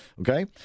Okay